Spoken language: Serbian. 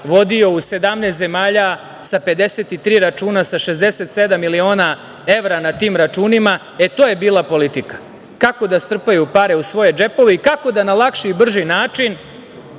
vodio u 17 zemalja, sa 53 računa, a sa 67 miliona evra na tim računima, e to je bila politika. Kako da strpaju pare u svoje džepove i kako da na lakši i brži način,